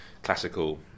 Classical